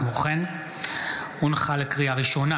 לקריאה ראשונה,